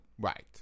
Right